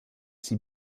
sie